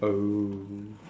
oh